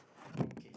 okay